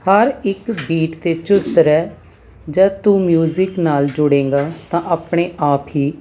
ਹਰ ਇੱਕ ਬੀਟ 'ਤੇ ਚੁਸਤ ਰਹਿ ਜਦ ਤੂੰ ਮਿਊਜਿਕ ਨਾਲ ਜੁੜੇਗਾ ਤਾਂ ਆਪਣੇ ਆਪ ਹੀ